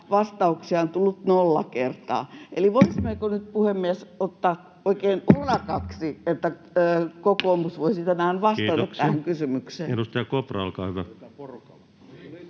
vastauksia on tullut nolla kertaa. Voisimmeko nyt, puhemies, ottaa oikein urakaksi, että kokoomus voisi tänään vastata tähän kysymykseen? Kiitoksia. — Edustaja Kopra, olkaa hyvä.